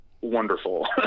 wonderful